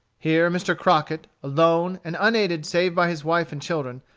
here mr. crockett, alone and unaided save by his wife and children,